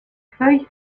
feuilles